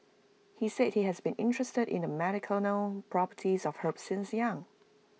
he said he has been interested in the medicinal properties of herbs since young